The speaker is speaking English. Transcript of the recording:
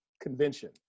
convention